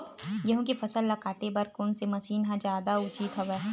गेहूं के फसल ल काटे बर कोन से मशीन ह जादा उचित हवय?